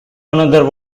another